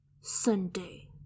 Sunday